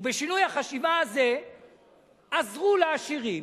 ובשינוי החשיבה הזה עזרו לעשירים,